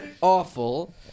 awful